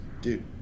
Dude